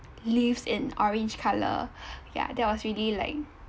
leaves in orange colour yeah that was really like